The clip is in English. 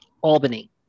Albany